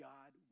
God